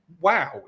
Wow